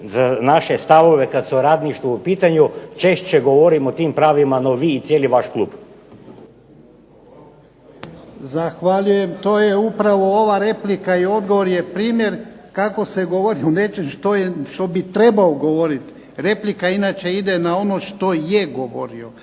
za naše stavove kad je radništvo u pitanju. Češće govorim o tim pravima no vi i cijeli vaš klub. **Jarnjak, Ivan (HDZ)** Zahvaljujem. To je upravo ova replika i odgovor je primjer kako se govori o nečem što bi trebao govorit. Replika inače ide na ono što je govorio,